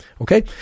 okay